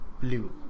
blue